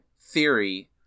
theory